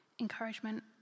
encouragement